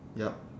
yup